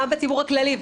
גם בציבור הכללי.